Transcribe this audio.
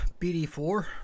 BD4